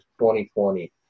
2020